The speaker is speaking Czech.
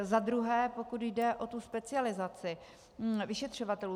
Za druhé, pokud jde o specializaci vyšetřovatelů.